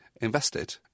invested